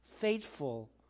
faithful